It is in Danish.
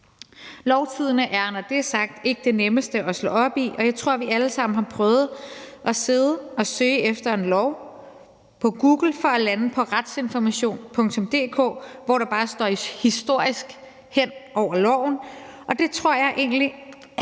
Lovtidende er, når det er sagt, ikke det nemmeste at slå op i, og jeg tror, at vi alle sammen har prøvet at sidde og søge efter en lov på Google for at lande på retsinformation.dk, hvor der bare står »historisk« hen over loven, og jeg tror egentlig,